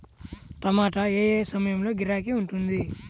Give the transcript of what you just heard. టమాటా ఏ ఏ సమయంలో గిరాకీ ఉంటుంది?